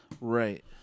Right